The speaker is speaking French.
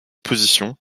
position